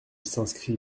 s’inscrit